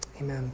amen